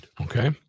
Okay